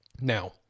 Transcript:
Now